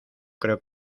creo